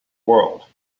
world